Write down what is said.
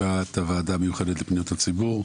אני פותח את ישיבת הוועדה המיוחדת לפניות הציבור,